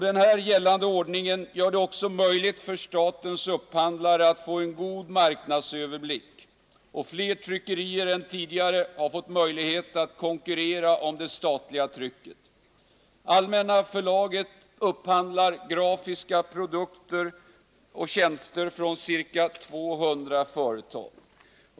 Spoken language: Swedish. Den nu gällande ordningen gör det däremot möjligt för statens upphandlare att få en god marknadsöverblick, och fler tryckerier än tidigare har fått möjlighet att konkurrera om det statliga trycket. Allmänna Förlaget upphandlar grafiska produkter och tjänster från ca 200 företag.